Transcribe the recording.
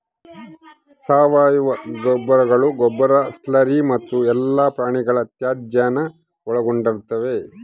ಸಾವಯವ ಗೊಬ್ಬರಗಳು ಗೊಬ್ಬರ ಸ್ಲರಿ ಮತ್ತು ಎಲ್ಲಾ ಪ್ರಾಣಿಗಳ ತ್ಯಾಜ್ಯಾನ ಒಳಗೊಂಡಿರ್ತವ